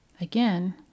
again